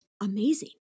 amazing